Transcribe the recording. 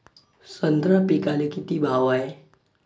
संत्रा पिकाले किती भाव हाये?